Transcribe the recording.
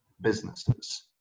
businesses